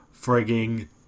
frigging